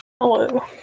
Hello